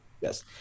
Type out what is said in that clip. Yes